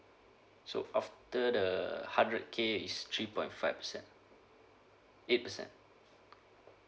so after the hundred K is three point five percent eight percent